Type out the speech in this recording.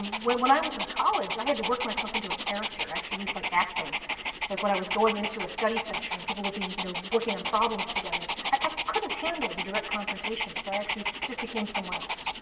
when when i was in college, i had to work myself into a character. i actually used like acting like when i was going into a study session. people would be you know working on problems together. i couldn't handle the direct confrontation, so i actually just became someone else.